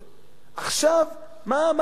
עכשיו, מה זה בדיוק תורם?